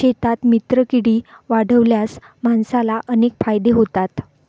शेतात मित्रकीडी वाढवल्यास माणसाला अनेक फायदे होतात